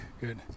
good